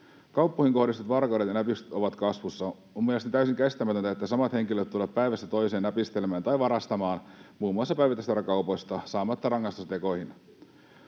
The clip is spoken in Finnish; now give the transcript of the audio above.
Kauppoihin kohdistuvat varkaudet ja näpistykset ovat kasvussa. On mielestäni täysin kestämätöntä, että samat henkilöt tulevat päivästä toiseen näpistelemään tai varastamaan muun muassa päivittäistavarakaupoista saamatta rangaistusta teoista.